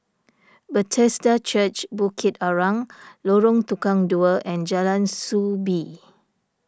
Bethesda Church Bukit Arang Lorong Tukang Dua and Jalan Soo Bee